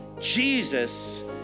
Jesus